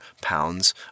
pounds